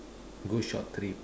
go short trip